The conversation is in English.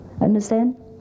Understand